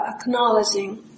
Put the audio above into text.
acknowledging